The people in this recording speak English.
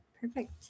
Perfect